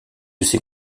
ses